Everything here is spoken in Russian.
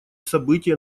события